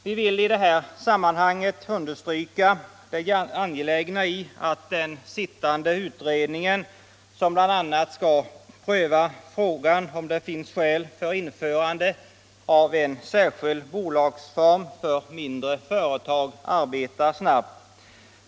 Vi vill i detta sammanhang understryka det angelägna i att den sittande utredningen, som bl.a. skall pröva frågan om det finns skäl för införande av en särskild bolagsform för mindre företag, arbetar snabbt.